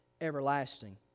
everlasting